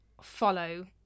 follow